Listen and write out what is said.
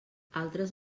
altres